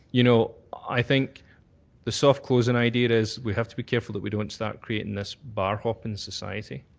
you know, i think the soft closing idea is we have to be careful that we don't start creating this bar-hopping society.